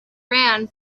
ran